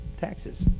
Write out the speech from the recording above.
taxes